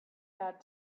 had